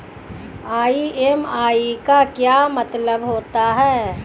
EMI का क्या मतलब होता है?